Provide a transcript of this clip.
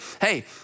hey